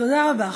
תודה רבה.